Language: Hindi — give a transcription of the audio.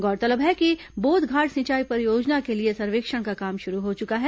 गौरतलब है कि बोधघाट सिंचाई परियोजना के लिए सर्वेक्षण का काम शुरू हो चुका है